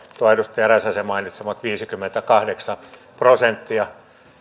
tuo edustaja räsäsen mainitsema viisikymmentäkahdeksan prosenttia